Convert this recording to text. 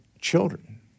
children